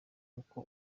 uko